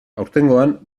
aurtengoan